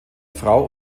frau